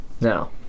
now